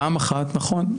פעם אחת, נכון.